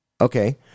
Okay